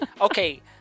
Okay